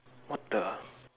what the